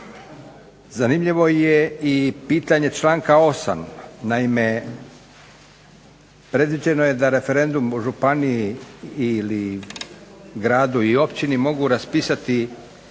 Zanimljivo je i pitanje članka 8., naime predviđeno je da referendum u županiji ili gradu i općini mogu raspisati